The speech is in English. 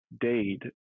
deed